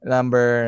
Number